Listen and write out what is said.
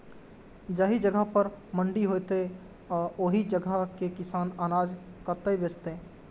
जाहि जगह पर मंडी हैते आ ओहि जगह के किसान अनाज कतय बेचते?